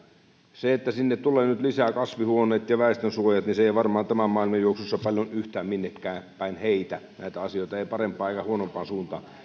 se että sinne tulee nyt lisää kasvihuoneet ja väestönsuojat ei ei varmaan tämän maailman juoksussa paljon yhtään minnekään päin heitä näitä asioita ei parempaan eikä huonompaan suuntaan